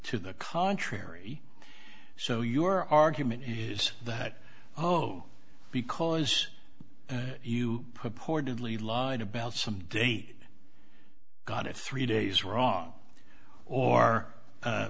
to the contrary so your argument is that oh because you purportedly lied about some date got it three days wrong or